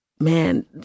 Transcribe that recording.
Man